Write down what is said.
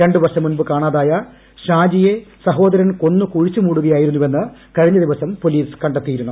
രണ്ടുവർഷം മുമ്പ് കാണാതായ ഷാജിയെ സഹോദരൻ കൊന്നു കുഴിച്ചു മൂടുകയായിരുന്നുവെന്ന് കഴിഞ്ഞ ദിവസം പൊലീസ് കണ്ടെത്തിയിരുന്നു